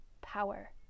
power